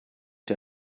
der